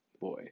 boy